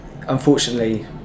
Unfortunately